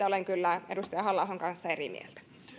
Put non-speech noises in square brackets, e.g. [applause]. [unintelligible] olen kyllä edustaja halla ahon kanssa eri mieltä